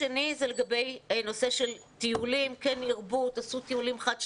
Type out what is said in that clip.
לגבי טיולים, כן ירבו, תעשו טיולים חד שנתיים,